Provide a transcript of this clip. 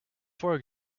for